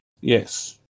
Yes